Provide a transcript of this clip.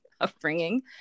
upbringing